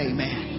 Amen